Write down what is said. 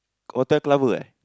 hotel clubber eh